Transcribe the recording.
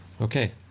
Okay